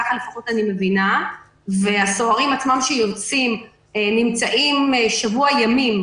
והסוהרים שיוצאים נמצאים שבוע ימים,